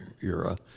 era